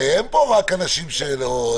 הרי אין פה רק אנשים שלא,